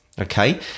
okay